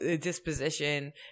disposition